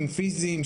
פיזיים,